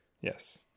Yes